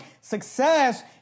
Success